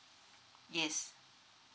yes